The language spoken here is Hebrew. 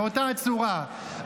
באותה הצורה.